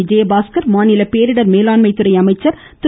விஜயபாஸ்கர் மாநில பேரிடர் மேலாண்மை துறை அமைச்சர் திரு